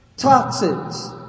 Toxins